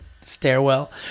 stairwell